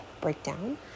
breakdown